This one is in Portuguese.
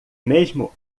mesmo